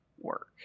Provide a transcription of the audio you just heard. work